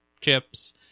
chips